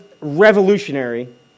revolutionary